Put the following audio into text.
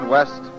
West